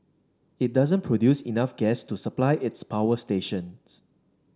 it doesn't produce enough gas to supply its power stations